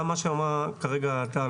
גם מה שאמרה כרגע טל,